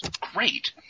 great